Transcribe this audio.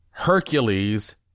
Hercules